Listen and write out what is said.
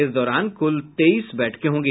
इस दौरान कुल तेईस बैठकें होंगी